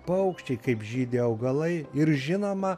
paukščiai kaip žydi augalai ir žinoma